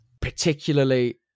particularly